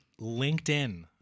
LinkedIn